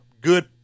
good